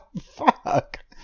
fuck